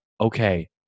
okay